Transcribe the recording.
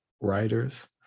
writers